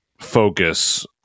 focus